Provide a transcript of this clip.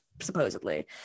supposedly